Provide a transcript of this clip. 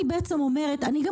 אני גם מוכנה,